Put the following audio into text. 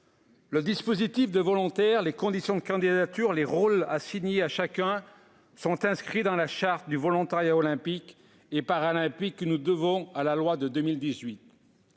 Le dispositif des volontaires, les conditions de candidature, les rôles assignés à chacun sont inscrits dans la charte du volontariat olympique et paralympique que nous devons à la loi de 2018.